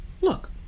Look